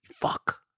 Fuck